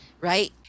right